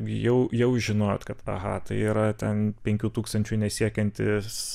jau jau žinojot kad aha tai yra ten penkių tūkstančių nesiekiantis